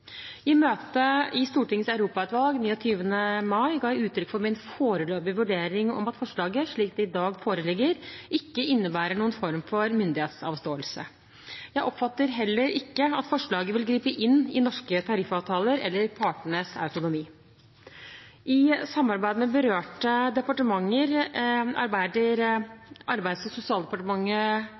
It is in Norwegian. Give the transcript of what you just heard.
I møtet i Stortingets europautvalg den 29. mai ga jeg uttrykk for min foreløpige vurdering om at forslaget slik det i dag foreligger, ikke innebærer noen form for myndighetsavståelse. Jeg oppfatter heller ikke at forslaget vil gripe inn i norske tariffavtaler eller partenes autonomi. I samarbeid med berørte departementer arbeider Arbeids- og sosialdepartementet